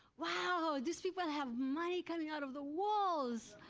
wow, these people have money coming out of the walls!